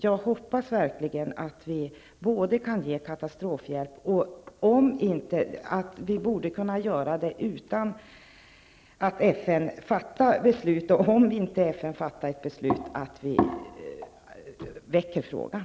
Jag hoppas verkligen att vi skall kunna fatta ett beslut om katastrofhjälp även utan att frågan väcks av FN.